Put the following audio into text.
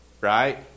right